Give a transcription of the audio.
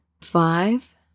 Five